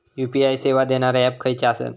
UPI सेवा देणारे app खयचे आसत?